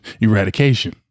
eradication